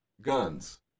guns